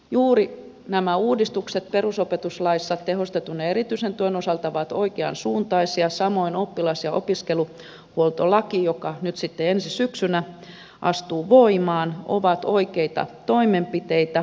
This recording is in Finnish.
juuri nämä uudistukset perusopetuslaissa tehostetun ja erityisen tuen osalta ovat oikean suuntaisia samoin oppilas ja opiskeluhuoltolaki joka nyt sitten ensi syksynä astuu voimaan on oikea toimenpide